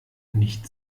nicht